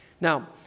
Now